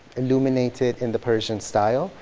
illuminated in the persian style.